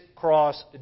cross